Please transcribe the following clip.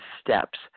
steps